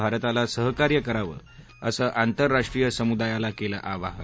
भारताला सहकार्य करावं असं आंतरराष्ट्रीय समुदायाला केलं आवाहन